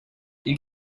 ilk